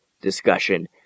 discussion